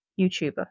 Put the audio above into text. YouTuber